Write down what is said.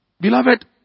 beloved